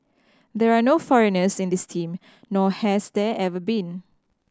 there are no foreigners in this team nor has there ever been